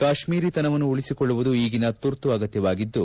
ಕಾಶ್ಮೀರಿತನವನ್ನು ಉಳಿಸಿಕೊಳ್ಳುವುದು ಈಗಿನ ತುರ್ತು ಅಗತ್ತವಾಗಿದ್ದು